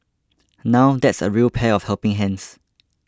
now that's a real pair of helping hands